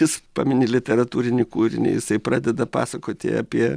jis pamini literatūrinį kūrinį jisai pradeda pasakoti apie